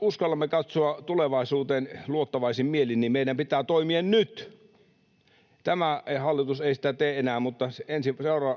uskallamme katsoa tulevaisuuteen luottavaisin mielin, niin meidän pitää toimia nyt. Tämä hallitus ei sitä tee enää, mutta